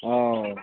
ᱚᱻ